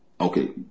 Okay